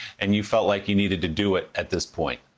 and you felt like you needed to do it at this point.